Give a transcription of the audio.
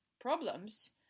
problems